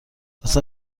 لطفا